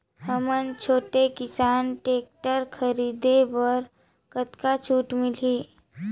हमन छोटे किसान टेक्टर खरीदे बर कतका छूट मिलही?